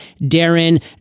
Darren